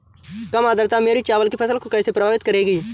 कम आर्द्रता मेरी चावल की फसल को कैसे प्रभावित करेगी?